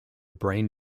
brain